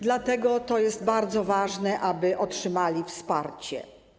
Dlatego jest bardzo ważne, aby otrzymali wsparcie.